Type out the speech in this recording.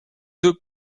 deux